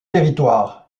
territoire